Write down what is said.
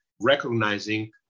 recognizing